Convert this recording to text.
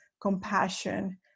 compassion